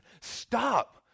stop